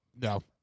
No